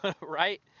Right